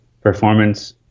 performance